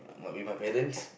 what with my balance